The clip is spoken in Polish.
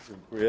Dziękuję.